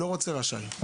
לא רוצה "רשאי".